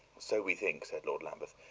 so we think, said lord lambeth.